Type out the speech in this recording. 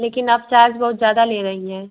लेकिन आप चार्ज बहुत ज्यादा ले रहीं हैं